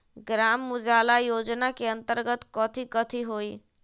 ग्राम उजाला योजना के अंतर्गत कथी कथी होई?